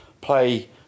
play